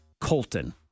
Colton